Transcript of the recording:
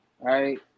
right